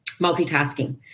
multitasking